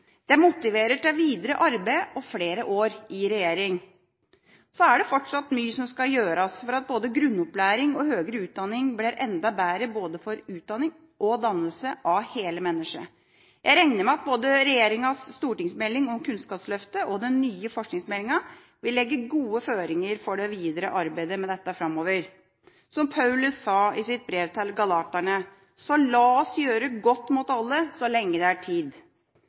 Det motiverer til videre arbeid og flere år i regjering. Det er fortsatt mye som skal gjøres for at både grunnopplæring og høyere utdanning blir enda bedre både for utdanning og dannelse av hele mennesket. Jeg regner med at både regjeringas stortingsmelding om Kunnskapsløftet og den nye forskingsmeldinga vil legge gode føringer for det videre arbeidet med dette framover. Som Paulus sa i sitt brev til Galaterne: «Så la oss gjøre godt mot alle så lenge det er tid.»